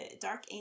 dark